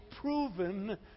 proven